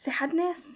sadness